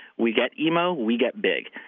we get emo, we get big.